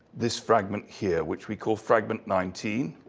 this fragment here, which we call fragment nineteen.